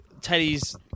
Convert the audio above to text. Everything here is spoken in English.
Teddy's